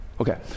Okay